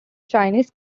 chinese